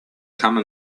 come